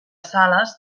sales